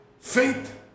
faith